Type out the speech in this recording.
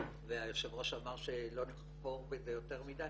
והיושב ראש אמר שלא נחפור בזה יותר מדיי,